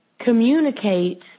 communicate